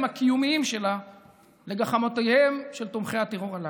הקיומיים שלה לגחמותיהם של תומכי הטרור הללו.